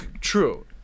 True